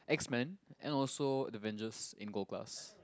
X-Men and also Avengers in gold class